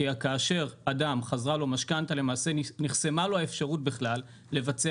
כי כאשר אדם חזרה לו משכנתא למעשה נחסמה לו האפשרות בכלל לבצע